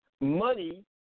Money